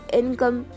income